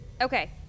Okay